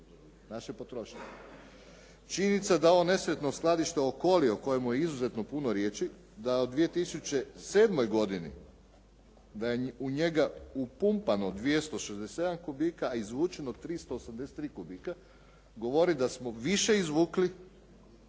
naše potrošnje. Činjenica je da ovo nesretno skladište Okoli o kojemu je izuzetno puno riječi, da u 2007. godini da je u njega upumpano 267 kubika, a izvučeno 383 kubika govori da smo više izvukli